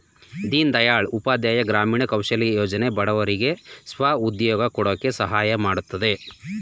ದೀನ್ ದಯಾಳ್ ಉಪಾಧ್ಯಾಯ ಗ್ರಾಮೀಣ ಕೌಶಲ್ಯ ಯೋಜನೆ ಬಡವರಿಗೆ ಸ್ವ ಉದ್ಯೋಗ ಕೊಡಕೆ ಸಹಾಯ ಮಾಡುತ್ತಿದೆ